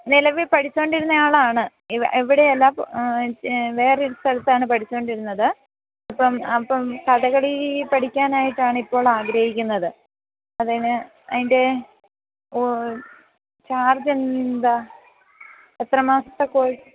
നിലവിൽ പഠിച്ചുകൊണ്ടിരുന്നയാളാണ് ഇവിടെയല്ല വേറെയൊരു സ്ഥലത്താണ് പഠിച്ചുകൊണ്ടിരുന്നത് അപ്പം അപ്പം കഥകളി പഠിക്കാനായിട്ടാണിപ്പോൾ ആഗ്രഹിക്കുന്നത് അതിന് അതിൻ്റെ ഓ ചാർജ് എന്താ എത്ര മാസത്തെ കോഴ്സ്